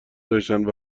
داشتند